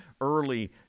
early